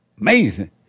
amazing